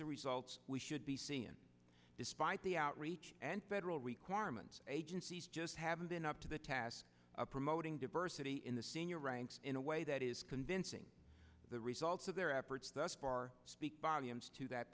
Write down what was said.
the results we should be seeing despite the outreach and federal requirements agencies just haven't been up to the task of promoting diversity in the senior ranks in a way that is convincing the results of their efforts thus far speak volumes to that